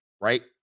right